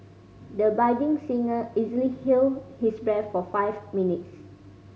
the budding singer easily held his breath for five minutes